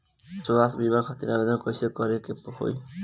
स्वास्थ्य बीमा खातिर आवेदन कइसे करे के होई?